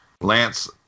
Lance